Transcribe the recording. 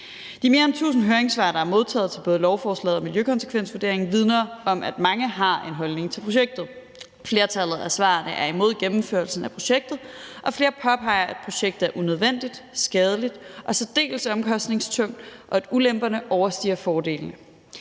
De mere end tusind høringssvar, der er modtaget til både lovforslaget og miljøkonsekvensvurderingen, vidner om, at mange har en holdning til projektet. Flertallet af svarene er imod gennemførelsen af projektet, og flere påpeger, at projektet er unødvendigt, skadeligt og særdeles omkostningstungt, og at ulemperne overstiger fordelene.